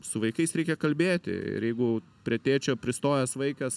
su vaikais reikia kalbėti ir jeigu prie tėčio pristojęs vaikas